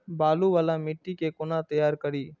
बालू वाला मिट्टी के कोना तैयार करी?